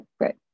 great